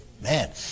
Man